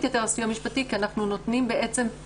אנא דעו --- אני חושבת שהם יידעו להסביר טוב ממני מה זה דורש מהם.